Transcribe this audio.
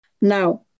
Now